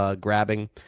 grabbing